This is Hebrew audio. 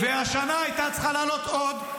בוא ----- והשנה היה צריך לעלות עוד,